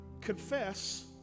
confess